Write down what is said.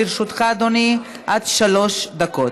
לרשותך, אדוני, עד שלוש דקות.